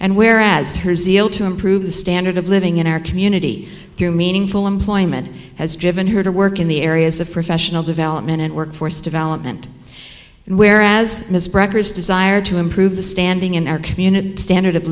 and where as her zeal to improve the standard of living in our community through meaningful employment has driven her to work in the areas of professional development and workforce development and where as ms brokers desire to improve the standing in our community standard of